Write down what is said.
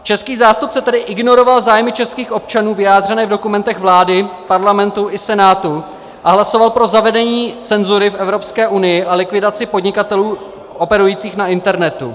Český zástupce tedy ignoroval zájmy českých občanů vyjádřené v dokumentech vlády, parlamentu i Senátu a hlasoval pro zavedení cenzury v Evropské unii a likvidaci podnikatelů operujících na internetu.